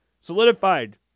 solidified